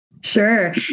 Sure